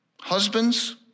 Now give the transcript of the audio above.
Husbands